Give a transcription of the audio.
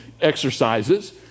exercises